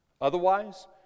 Otherwise